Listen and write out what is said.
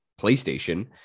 PlayStation